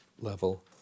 level